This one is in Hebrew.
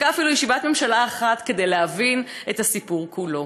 מספיקה אפילו ישיבת ממשלה אחת כדי להבין את הסיפור כולו.